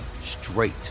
straight